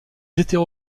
étaient